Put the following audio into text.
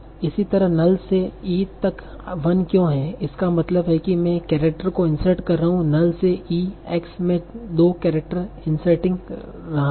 इसी तरह null से e तक 1 क्यों है इसका मतलब है कि मैं एक केरेक्टर को इन्सर्ट कर रहा हूं null से e X में दो केरेक्टर इनसेरटिंग रहा हूँ